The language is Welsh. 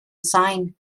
sain